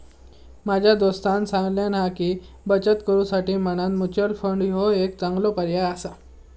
माझ्या दोस्तानं सांगल्यान हा की, बचत करुसाठी म्हणान म्युच्युअल फंड ह्यो एक चांगलो पर्याय आसा